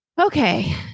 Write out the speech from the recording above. Okay